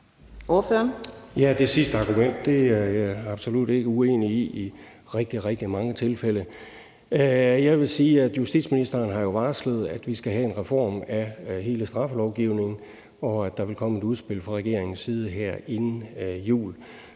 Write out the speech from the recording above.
Ja, det sidste argument er jeg absolut ikke uenig i i rigtig, rigtig mange tilfælde. Jeg vil sige, at justitsministeren jo har varslet, at vi skal have en reform af hele straffelovgivningen, og at der vil komme et udspil fra regeringens side inden jul.